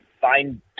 find